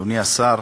אדוני השר,